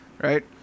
right